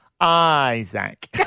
Isaac